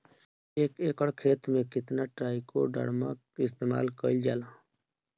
एक एकड़ खेत में कितना ट्राइकोडर्मा इस्तेमाल कईल जाला?